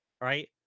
Right